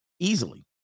Easily